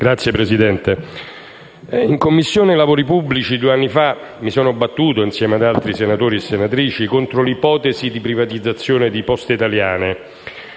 due anni fa, in Commissione lavori pubblici, comunicazioni, mi sono battuto insieme ad altri senatori e senatrici contro l'ipotesi di privatizzazione di Poste italiane.